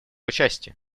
участии